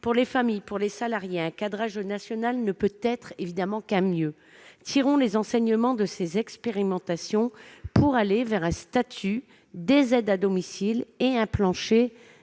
Pour les familles, pour les salariés, un cadrage national ne peut évidemment être qu'un mieux. Tirons donc les enseignements de ces expérimentations afin d'évoluer vers un statut des aides à domicile et un plancher